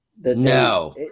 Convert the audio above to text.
No